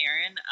Aaron